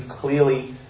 clearly